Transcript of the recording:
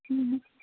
ᱦᱮᱸ